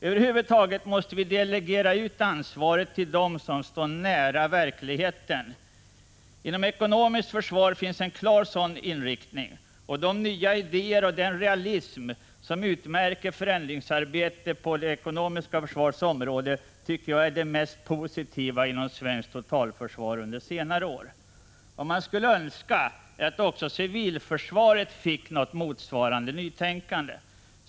Över huvud taget måste vi delegera ansvaret till dem som står nära verkligheten. Inom det ekonomiska försvaret finns en klar sådan inriktning. De nya idéer och den realism som utmärker förändringsarbetet på det ekonomiska försvarets område är det mest positiva inom svenskt totalförsvar under senare år. Man skulle önska att också civilförsvaret fick motsvarande nytänkande.